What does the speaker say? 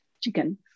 chicken